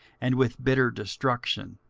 and with bitter destruction